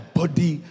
body